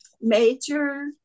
major